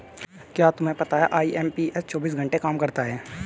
क्या तुम्हें पता है आई.एम.पी.एस चौबीस घंटे काम करता है